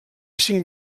cinc